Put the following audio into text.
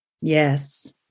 Yes